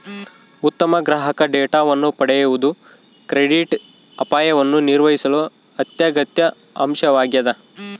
ಉತ್ತಮ ಗ್ರಾಹಕ ಡೇಟಾವನ್ನು ಪಡೆಯುವುದು ಕ್ರೆಡಿಟ್ ಅಪಾಯವನ್ನು ನಿರ್ವಹಿಸಲು ಅತ್ಯಗತ್ಯ ಅಂಶವಾಗ್ಯದ